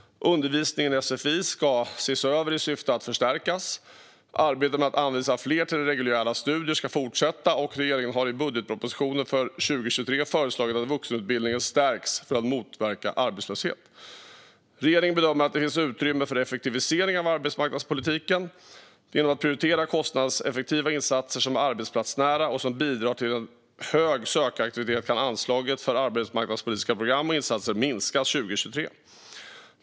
Undervisningen i sfi ska ses över i syfte att förstärkas. Arbetet med att anvisa fler till reguljära studier ska fortsätta, och regeringen har i budgetpropositionen för 2023 föreslagit att vuxenutbildningen ska stärkas för att motverka arbetslöshet. Regeringen bedömer att det finns utrymme för effektivisering av arbetsmarknadspolitiken. Genom att prioritera kostnadseffektiva insatser som är arbetsplatsnära och som bidrar till en hög sökaktivitet kan anslaget för arbetsmarknadspolitiska program och insatser minskas 2023.